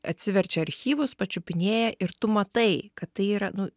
atsiverčia archyvus pačiupinėja ir tu matai kad tai yra nu